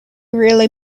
really